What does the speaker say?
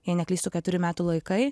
jei neklystu keturi metų laikai